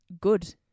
good